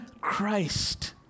Christ